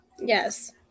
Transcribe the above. Yes